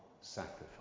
sacrifice